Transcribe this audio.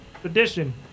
tradition